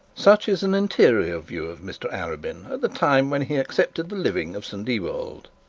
such is an interior view of mr arabin at the time when he accepted the living of st ewold.